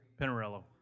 Pinarello